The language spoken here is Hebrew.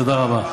תודה רבה.